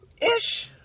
Ish